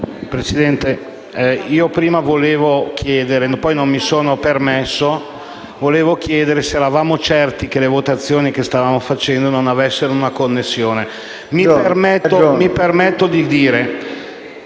Presidente, io prima volevo chiedere, ma non mi sono permesso, se eravamo certi che le votazioni che stavamo facendo non avessero una connessione. Mi permetto di dire